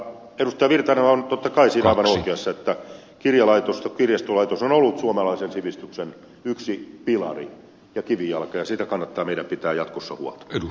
erkki virtanen on totta kai siinä aivan oikeassa että kirjastolaitos on ollut suomalaisen sivistyksen yksi pilari ja kivijalka ja siitä kannattaa meidän pitää jatkossa huolta